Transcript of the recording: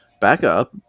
backup